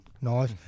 Nice